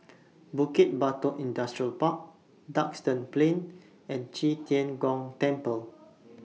Bukit Batok Industrial Park Duxton Plain and Qi Tian Gong Temple